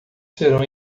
serão